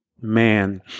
man